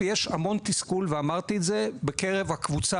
ויש המון תסכול ואמרתי את זה בקרב הקבוצה